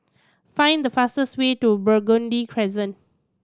find the fastest way to Burgundy Crescent